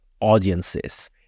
audiences